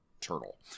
turtle